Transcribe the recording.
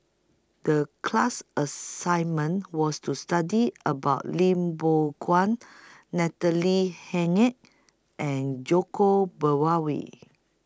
The class assignment was to study about Lim Biow Chuan Natalie Hennedige and Djoko